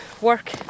work